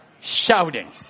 shouting